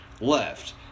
left